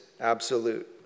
absolute